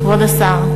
כבוד השר,